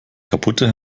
kaputte